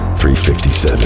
357